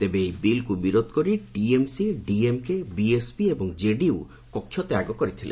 ତେବେ ଏହି ବିଲ୍କୁ ବିରୋଧ କରି ଟିଏମ୍ସି ଡିଏମ୍କେ ବିଏସ୍ପି ଏବଂ ଜେଡିୟୁ କକତ୍ୟାଗ କରିଥିଲେ